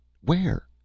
where